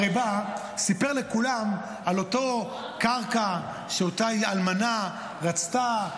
הרי הוא בא וסיפר לכולם על אותה קרקע שאותה האלמנה רצתה,